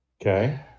Okay